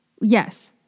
Yes